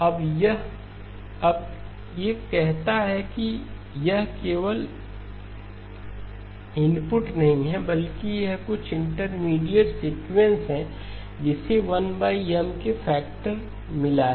अब एक कहता है कि यह केवल इनपुट नहीं है बल्कि यह कुछ इंटरमीडिएट सीक्वेंस है जिसे 1 M का फैक्टर मिला है